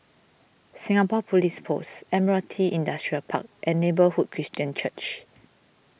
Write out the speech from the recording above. Singapore Police Force Admiralty Industrial Park and Neighbourhood Christian Church